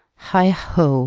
heigh-ho.